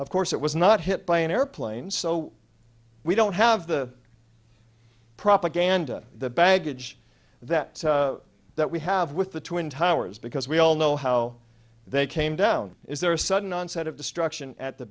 of course it was not hit by an airplane so we don't have the propaganda baggage that that we have with the twin towers because we all know how they came down is there a sudden onset of destruction at the